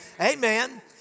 Amen